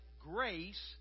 grace